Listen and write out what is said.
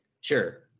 sure